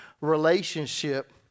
relationship